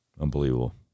Unbelievable